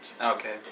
Okay